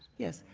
yes.